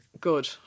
Good